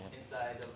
inside